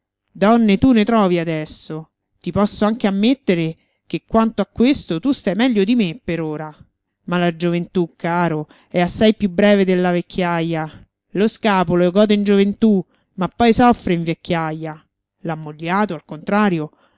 donne tu ne trovi adesso ti posso anche ammettere che quanto a questo tu stai meglio di me per ora ma la gioventù caro è assai più breve della vecchiaja lo scapolo gode in gioventù ma poi soffre in vecchiaja l'ammogliato al contrario